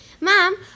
Mom